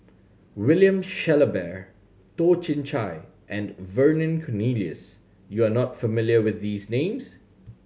William Shellabear Toh Chin Chye and Vernon Cornelius you are not familiar with these names